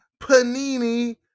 panini